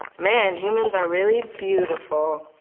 man, humans are really beautiful.